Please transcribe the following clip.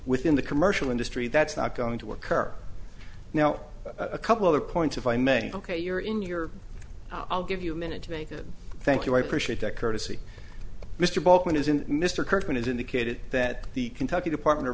within the commercial industry that's not going to occur now a couple other points if i may ok you're in your i'll give you a minute to make a thank you i appreciate that courtesy mr baldwin is in mr kirkman has indicated that the kentucky department o